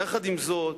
יחד עם זאת,